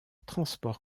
transport